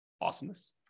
Awesomeness